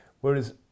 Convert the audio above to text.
whereas